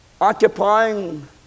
occupying